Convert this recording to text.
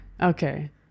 okay